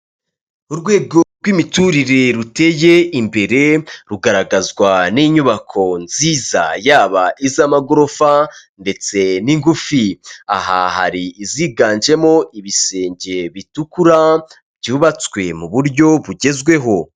Urwego rw'imiturire ruteye imbere rugaragazwa n'inyubako nziza yaba iz'amagorofa ndetse n'ingufi. Aha har’iziganjemo ibisenge bitukura byubatswe mu buryo bugezweho.